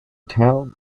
town